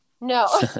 no